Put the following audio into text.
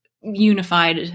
unified